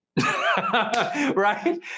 Right